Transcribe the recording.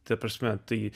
ta prasme tai